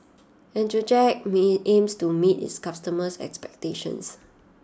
Accucheck aims to meet its customers' expectations